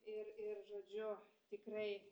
ir ir žodžiu tikrai